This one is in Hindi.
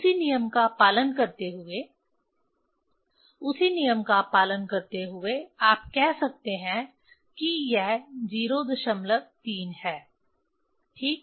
उसी नियम का पालन करते हुए उसी नियम का पालन करते हुए आप कह सकते हैं कि यह 03 है ठीक